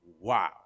Wow